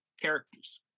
characters